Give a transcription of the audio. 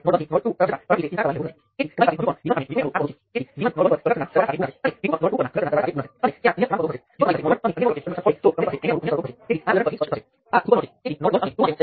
અને નોડ 3 માટે કંઈ બદલાયું નથી જે હંમેશા હતું તે જ સમીકરણ છે